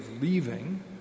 leaving